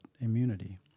immunity